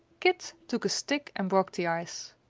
kit took a stick and broke the ice.